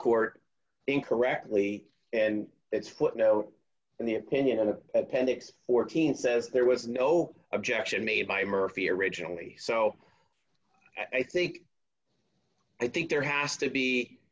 court incorrectly and it's footnote in the opinion of the appendix fourteen says there was no objection made by murphy originally so i think i think there has to be